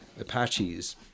Apaches